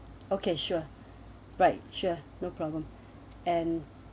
okay sure right sure no problem and